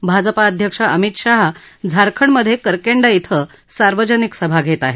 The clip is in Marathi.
तर भाजपा अध्यक्ष अमित शाह झारखंडमधे करकेंडा ध्वे सार्वजनिक सभा घेत आहेत